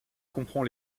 comprend